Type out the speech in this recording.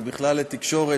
או בכלל לתקשורת,